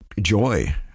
joy